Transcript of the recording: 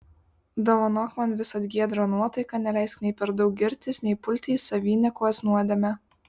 dovanok man visad giedrą nuotaiką neleisk nei per daug girtis nei pulti į saviniekos nuodėmę